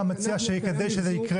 מה אתה מציע כדי שזה יקרה?